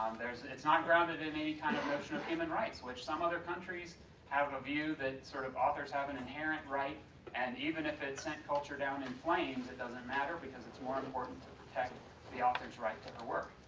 it's not grounded in any kind of notion of human right which some other countries have a view that sort of authors have an inherent right and even if it sent culture down in flames it doesn't matter because it's more important to protect the author's right to their work.